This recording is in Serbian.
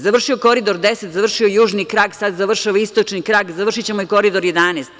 Završio Koridor 10, završio još južni krak, sad završava istočni krak, završićemo i Koridor 11.